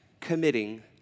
committing